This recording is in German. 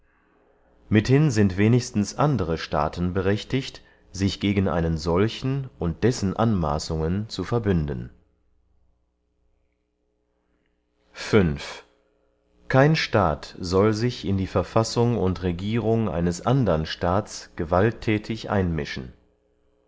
mithin sind wenigstens andere staaten berechtigt sich gegen einen solchen und dessen anmaßungen zu verbünden kein staat soll sich in die verfassung und regierung eines andern staats gewaltthätig einmischen